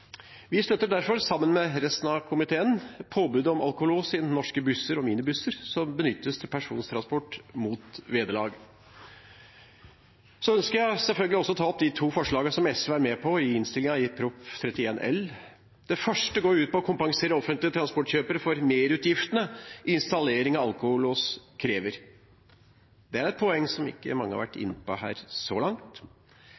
Vi støtter derfor, sammen med resten av komiteen, påbudet om alkolås i norske busser og minibusser som benyttes til persontransport mot vederlag. Jeg ønsker selvfølgelig også å ta opp de to forslagene som SV er alene om i innstillingene. Det ene forslaget går ut på å kompensere offentlige transportkjøpere for merutgiftene installering av alkolås krever. Det er et poeng som ikke mange har vært